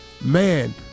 Man